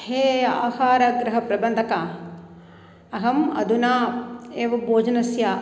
हे आहारगृह प्रबन्धक अहम् अधुना एव भोजनस्य